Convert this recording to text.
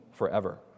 forever